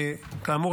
כאמור,